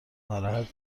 ناراحت